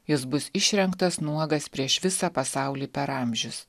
jis bus išrengtas nuogas prieš visą pasaulį per amžius